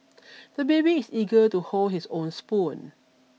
the baby is eager to hold his own spoon